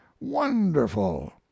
wonderful